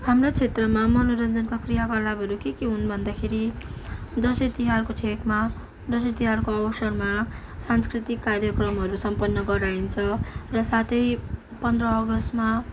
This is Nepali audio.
हाम्रो क्षेत्रमा मनोरञ्जनका क्रिया कलापहरू के के हुन् भन्दाखेरि दसैँ तिहारको छेकमा दसैँ तिहारको अवसरमा सांस्कृतिक कार्यक्रमहरू सम्पन्न गराइन्छ र साथै पन्ध्र अगस्तमा